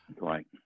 Right